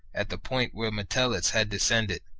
at the point where metellus had descended,